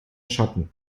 schatten